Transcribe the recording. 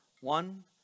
one